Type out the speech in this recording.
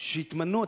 שהתמנו,